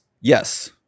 yes